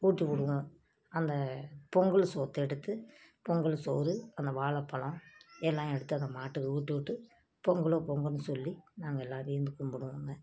உட்டிவிடுவோம் அந்த பொங்கல் சோர்த்த எடுத்து பொங்கல் சோறு அந்த வாழைப் பழம் எல்லாம் எடுத்த அந்த மாட்டுக்கு உட்டிவிட்டு பொங்கலோ பொங்கல்ன்னு சொல்லி நாங்கள் எல்லா விழுந்து கும்பிடுவோங்க